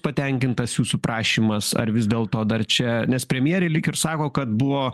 patenkintas jūsų prašymas ar vis dėlto dar čia nes premjerė lyg ir sako kad buvo